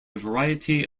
variety